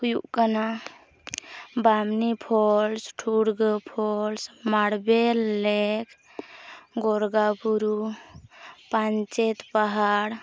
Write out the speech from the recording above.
ᱦᱩᱭᱩᱜ ᱠᱟᱱᱟ Bamni falls Turga falls marble lake Gorgaburu Panchet ᱯᱟᱦᱟᱲ